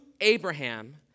Abraham